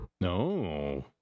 No